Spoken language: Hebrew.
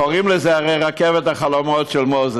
קוראים לזה הרי "רכבת החלומות של מוזס",